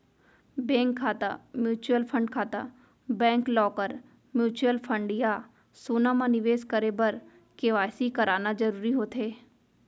bank खाता, mutual fund खाता, bank lockers, mutual fund या सोना म निवेस करे बर के.वाई.सी कराना जरूरी होथे